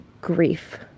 grief